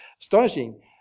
Astonishing